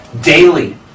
Daily